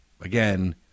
Again